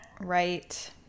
Right